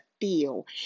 feel